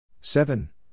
Seven